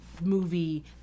movie